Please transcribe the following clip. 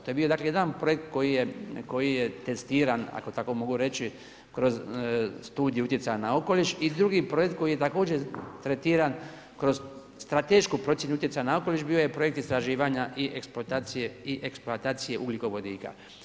To je bio jedan projekt koji je testiran, ako tako mogu reći, kroz studije utjecaja na okoliš i drugi projekt koji je također tretiran kroz stratešku procjenu utjecaja na okoliš bio je projekt istraživanja i eksploatacije ugljikovodika.